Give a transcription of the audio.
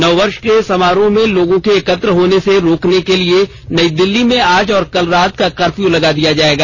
नववर्ष के समारोहों में लोगों के एकत्र होने को रोकने के लिए नई दिल्ली में आज और कल रात का कर्फ्यू लगा दिया जाएगा